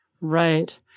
Right